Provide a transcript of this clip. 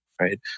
right